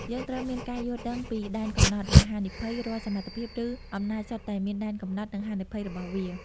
យើងត្រូវមានការយល់ដឹងពីដែនកំណត់ និងហានិភ័យ រាល់សមត្ថភាព ឬអំណាចសុទ្ធតែមានដែនកំណត់ និងហានិភ័យរបស់វា។